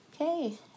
Okay